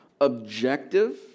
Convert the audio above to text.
objective